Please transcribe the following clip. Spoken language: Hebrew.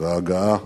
וההגעה